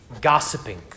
gossiping